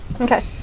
okay